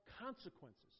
consequences